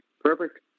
Perfect